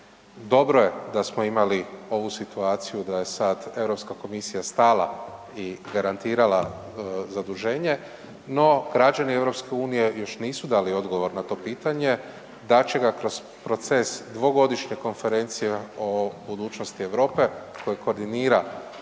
dobro je da smo imali ovu situaciju da je sad Europska komisija stala i garantirala zaduženje, no građani EU još nisu dali odgovor na to pitanje dat će ga kroz proces dvogodišnje konferencije o budućnosti Europe koje koordinira